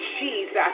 Jesus